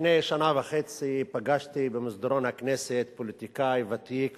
לפני שנה וחצי פגשתי במסדרון הכנסת פוליטיקאי ותיק ומשופשף,